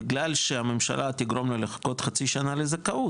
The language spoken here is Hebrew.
בגלל שהממשלה תגרום לו לחכות חצי שנה לזכאות,